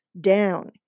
down